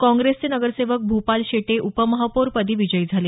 काँग्रेसचे नगरसेवक भूपाल शेटे उपमहापौर पदी विजयी झाले